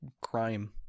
crime